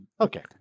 Okay